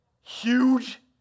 Huge